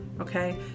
Okay